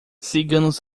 ciganos